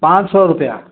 पाँच सौ रुपये